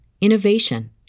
innovation